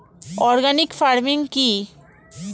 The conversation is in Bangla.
অর্গানিক ফার্মিং কি?